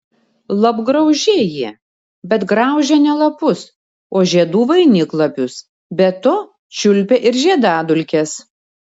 lapgraužiai jie bet graužia ne lapus o žiedų vainiklapius be to čiulpia ir žiedadulkes